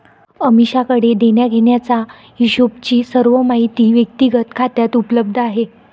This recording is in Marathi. अमीषाकडे देण्याघेण्याचा हिशोबची सर्व माहिती व्यक्तिगत खात्यात उपलब्ध आहे